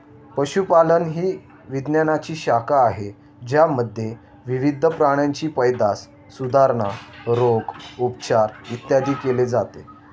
पशुपालन ही विज्ञानाची शाखा आहे ज्यामध्ये विविध प्राण्यांची पैदास, सुधारणा, रोग, उपचार, इत्यादी केले जाते